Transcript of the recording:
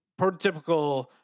prototypical